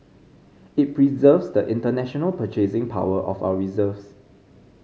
it preserves the international purchasing power of our reserves